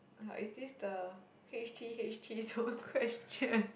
like is this the h_t_h_t those questions